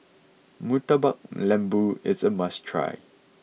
Murtabak Lembu is a must try